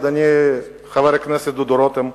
אדוני חבר הכנסת דודו רותם,